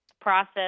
process